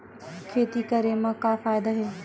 खेती करे म का फ़ायदा हे?